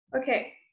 Okay